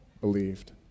believed